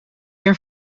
year